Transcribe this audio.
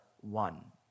one